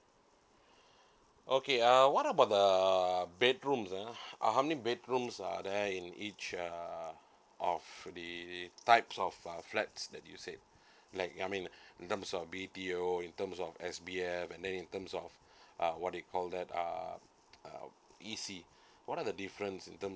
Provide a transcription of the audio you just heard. okay uh what about the bedrooms uh uh how many bedrooms are there in each uh of the types of uh flats that you say like I mean in terms of B_T_O in terms of S_B_F and then in terms of uh what they call that uh uh E_C what are the difference in term